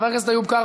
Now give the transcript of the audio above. חבר הכנסת איוב קרא,